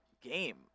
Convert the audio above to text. game